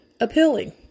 appealing